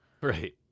Right